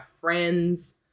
friends